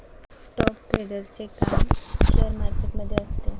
stock ट्रेडरचे काम share market मध्ये असते